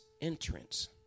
entrance